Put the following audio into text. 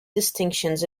distinctions